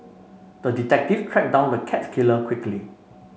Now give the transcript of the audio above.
the detective tracked down the cat killer quickly